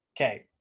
Okay